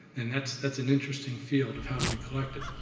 and that's that's an interesting field of how do we collect it.